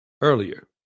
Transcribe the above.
earlier